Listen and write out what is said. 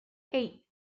eight